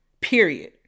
period